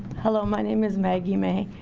hello my name is maggie may.